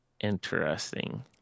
Interesting